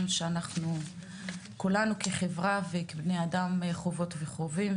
שאנחנו כולנו כחברה וכבני אדם חוות וחווים,